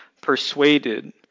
persuaded